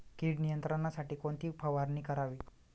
कीड नियंत्रणासाठी कोणती फवारणी करावी?